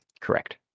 Correct